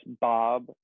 Bob